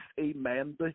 amen